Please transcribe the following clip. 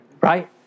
Right